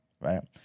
right